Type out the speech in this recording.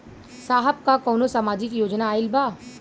साहब का कौनो सामाजिक योजना आईल बा?